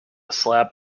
slap